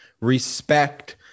respect